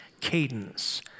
cadence